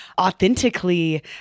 authentically